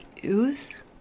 use